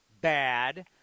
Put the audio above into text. bad